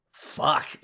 fuck